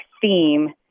theme